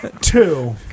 Two